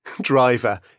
driver